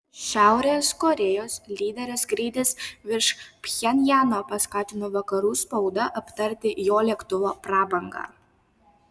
šiaurės korėjos lyderio skrydis virš pchenjano paskatino vakarų spaudą aptarti jo lėktuvo prabangą